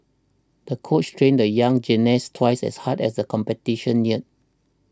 the coach trained the young gymnast twice as hard as the competition neared